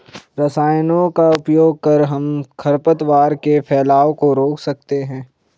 रसायनों का उपयोग कर हम खरपतवार के फैलाव को रोक सकते हैं